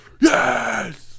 yes